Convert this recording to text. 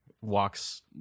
walks